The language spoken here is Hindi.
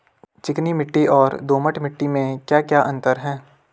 चिकनी मिट्टी और दोमट मिट्टी में क्या क्या अंतर है?